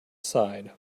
side